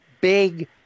Big